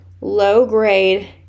low-grade